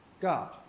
God